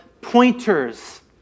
pointers